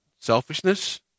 Selfishness